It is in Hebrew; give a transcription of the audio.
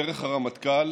דרך הרמטכ"ל